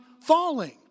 falling